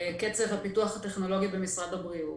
קצב הפיתוח הטכנולוגי במשרד הבריאות